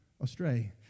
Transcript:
astray